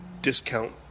discount